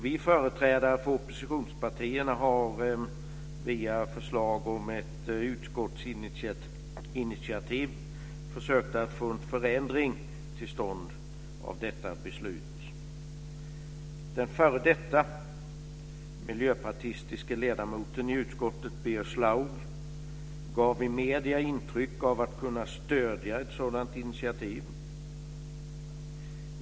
Vi företrädare för oppositionspartierna har via förslag om ett utskottsinitiativ försökt att få till stånd en förändring av detta beslut. Birger Schlaug gav i medierna intrycket att kunna stödja ett sådant initiativ.